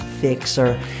fixer